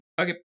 Okay